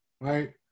Right